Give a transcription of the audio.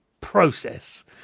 process